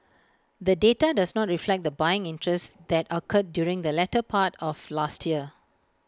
the data does not reflect the buying interest that occurred during the latter part of last year